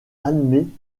admet